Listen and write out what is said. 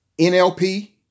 NLP